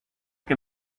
que